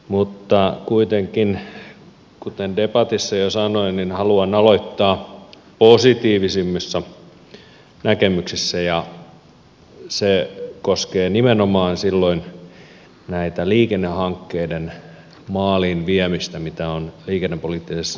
mutta kuitenkin kuten debatissa jo sanoin haluan aloittaa positiivisemmissa näkemyksissä ja se koskee nimenomaan silloin näiden liikennehankkeiden maaliin viemistä mitä on liikennepoliittisessa selonteossa nimetty